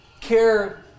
care